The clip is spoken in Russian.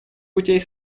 путей